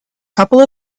couple